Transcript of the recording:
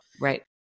Right